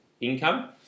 income